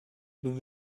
but